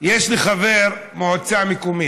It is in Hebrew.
יש לי חבר מועצה מקומית,